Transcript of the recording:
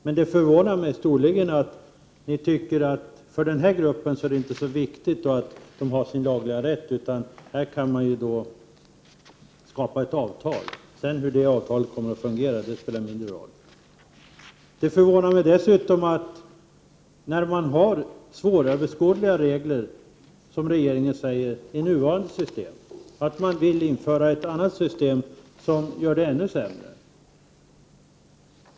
Men det förvånar mig storligen att ni tycker att det inte är så viktigt att den här gruppen har sin lagliga rätt, utan att här kan det skapas ett avtal. Hur det avtalet sedan kommer att fungera spelar mindre roll. Det förvånar mig dessutom att man — när man har svåröverskådliga regler i nuvarande system, som regeringen säger — vill införa ett annat system som blir ännu sämre.